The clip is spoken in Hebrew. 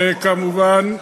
וכמובן,